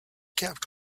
kept